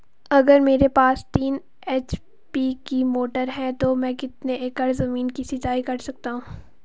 अगर मेरे पास तीन एच.पी की मोटर है तो मैं कितने एकड़ ज़मीन की सिंचाई कर सकता हूँ?